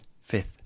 Fifth